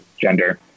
gender